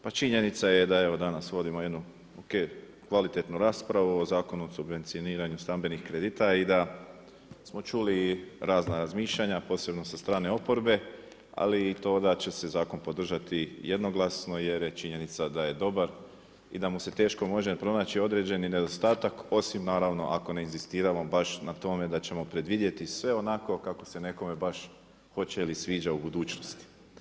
Pa činjenica je da evo danas vodimo jednu OK, kvalitetnu raspravu o Zakonu o subvencioniranju stambenih kredita i da smo čuli i razna razmišljanja, posebno sa strane oporbe ali i to da će se zakon podržati jednoglasno jer je činjenica da je dobar i da mu se teško može pronači određeni nedostatak osim naravno ako ne inzistiramo baš na tome da ćemo predvidjeti sve onako kako se nekome baš hoće ili sviđa u budućnosti.